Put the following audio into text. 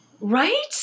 Right